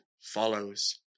follows